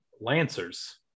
Lancers